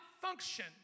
function